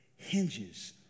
hinges